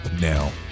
now